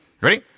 Ready